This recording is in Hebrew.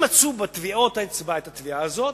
אם מצאו בטביעות האצבע את הטביעה הזאת,